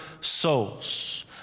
souls